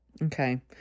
Okay